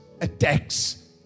attacks